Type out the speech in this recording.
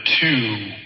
two